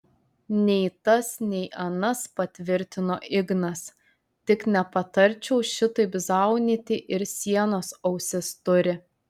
nei tas nei anas patvirtino ignas tik nepatarčiau šitaip zaunyti ir sienos ausis turi